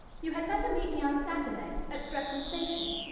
you had better meet me on saturday at streatham station,